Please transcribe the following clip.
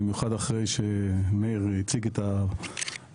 במיוחד אחרי שמאיר הציג את הנתונים,